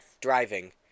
driving